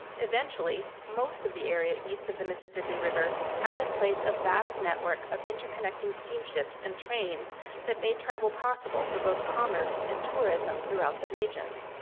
eventually, most of the area east of the mississippi river had in place a vast network of interconnecting steamships and trains that made travel possible for both commerce and tourism throughout the regions.